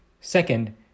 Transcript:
Second